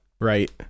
Right